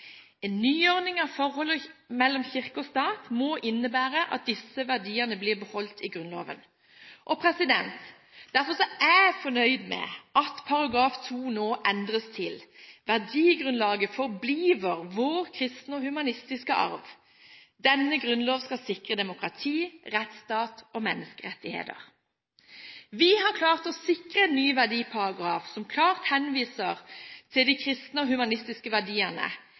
En nyordning av forholdet mellom kirke og stat må innebære at disse verdiene blir beholdt i Grunnloven. Derfor er jeg fornøyd med at § 2 nå endres til: «Værdigrundlaget forbliver vor kristne og humanistiske Arv. Denne Grundlov skal sikre Demokratiet, Retsstaten og Menneskerettighederne.» Vi har klart å sikre en ny verdiparagraf som klart henviser til de kristne og humanistiske verdiene.